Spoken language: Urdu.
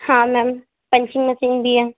ہاں میم پنچنگ مشین بھی ہے